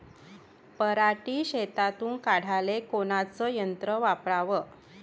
पराटी शेतातुन काढाले कोनचं यंत्र वापराव?